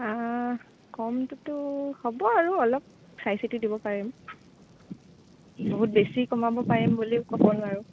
আ কমটোতো হ'ব আৰু অলপ চাই চিতি দিব পাৰিম বহুত বেছি কমাব পাৰিম বুলি ক'ব নোৱাৰোঁ